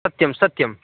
सत्यं सत्यं